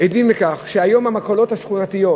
שהיום המכולות השכונתיות,